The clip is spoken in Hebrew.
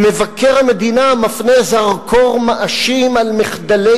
ומבקר המדינה מפנה זרקור מאשים על מחדלי